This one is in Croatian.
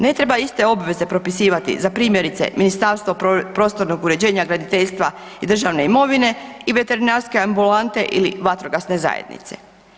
Ne treba iste obveze propisivati za, primjerice, Ministarstvo prostornog uređenja, graditeljstva i državne imovine i veterinarske ambulante ili vatrogasne zajednice.